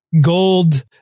gold